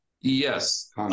Yes